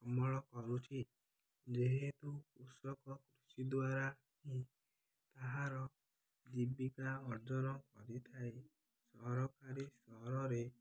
ଅମଳ କରୁଛି ଯେହେତୁ କୃଷକ କୃଷି ଦ୍ୱାରା ହିଁ ତାହାର ଜୀବିକା ଅର୍ଜନ କରିଥାଏ ସରକାରୀ ସହରରେ